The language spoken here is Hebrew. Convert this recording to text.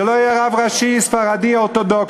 זה לא יהיה רב ראשי ספרדי אורתודוקסי,